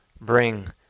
bring